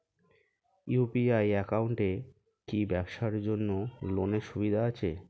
UPI একাউন্টে কি ব্যবসার জন্য লোনের সুবিধা আছে?